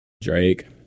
Drake